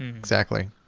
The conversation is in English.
exactly.